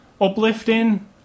uplifting